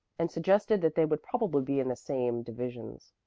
and suggested that they would probably be in the same divisions,